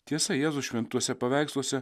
tiesa jėzus šventuose paveiksluose